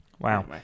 Wow